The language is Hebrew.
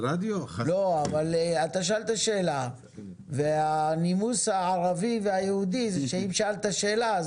אתה שאלת שאלה והנימוס הערבי והיהודי זה שאם שאלת שאלה,